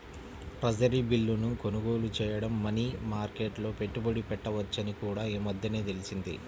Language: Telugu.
ట్రెజరీ బిల్లును కొనుగోలు చేయడం మనీ మార్కెట్లో పెట్టుబడి పెట్టవచ్చని కూడా ఈ మధ్యనే తెలిసింది